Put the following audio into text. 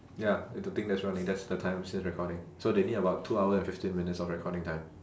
ya the thing that's running that's the time says recording so they need about two hour and fifteen minutes of recording time